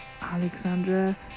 Alexandra